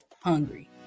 hungry